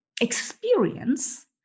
experience